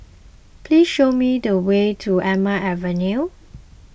please show me the way to Elm Avenue